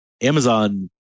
amazon